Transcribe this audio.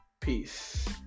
peace